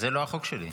זה לא החוק שלי.